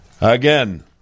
Again